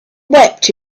wept